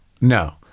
No